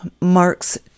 marks